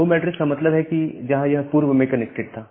home address का मतलब है कि जहां यह पूर्व में कनेक्टेड था